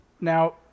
Now